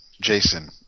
Jason